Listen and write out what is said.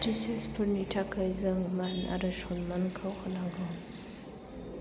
teachers फोरनि थाखाय जों मान आरो सनमानखौ होनांगौ